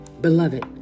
Beloved